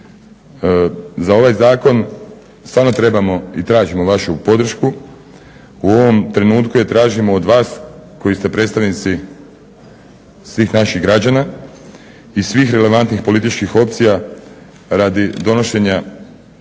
Za ovaj zakon stvarno trebamo i tražimo vašu podršku. U ovom trenutku tražimo od vas koji ste predstavnici svih naših građana i svih relevantnih političkih opcija radi donošenja